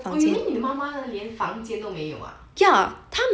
oh you mean 你妈妈连房间都没有啊